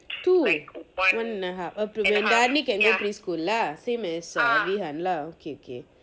two one and a half when dharani can go preschool lah same as veehan lah okay okay